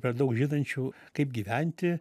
per daug žinančių kaip gyventi